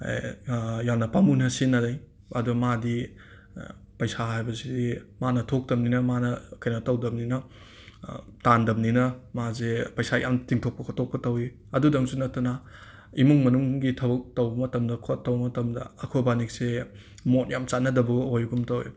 ꯌꯥꯝꯅ ꯄꯥꯝꯃꯨꯅ ꯁꯤꯖꯟꯅꯔꯛꯏ ꯑꯗꯣ ꯃꯥꯗꯤ ꯄꯩꯁꯥ ꯍꯥꯏꯕꯁꯦ ꯃꯥꯅ ꯊꯣꯛꯇꯕꯅꯤꯅ ꯃꯥꯅ ꯀꯩꯅꯣ ꯇꯧꯗꯕꯅꯤꯅ ꯇꯥꯟꯗꯕꯅꯤꯅ ꯃꯥꯁꯦ ꯄꯩꯁꯥ ꯌꯥꯝꯅ ꯇꯤꯡꯊꯣꯛꯄ ꯈꯣꯇꯣꯛꯄ ꯇꯧꯋꯤ ꯑꯗꯨꯗꯪꯁꯨ ꯅꯠꯇꯅ ꯏꯃꯨꯡ ꯃꯅꯨꯡꯒꯤ ꯊꯕꯛ ꯇꯧ ꯃꯇꯝꯗ ꯈꯣꯠ ꯇꯧ ꯃꯇꯝꯗ ꯑꯩꯈꯣꯏꯕꯥꯅꯤꯁꯦ ꯃꯣꯠ ꯌꯥꯝ ꯆꯥꯟꯅꯗꯕ ꯑꯣꯏꯒꯨꯝ ꯇꯧꯋꯤ